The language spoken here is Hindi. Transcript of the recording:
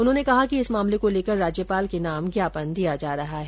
उन्होंने कहा कि इस मामले को लेकर राज्यपाल के नाम ज्ञापन दिया जा रहा है